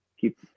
keep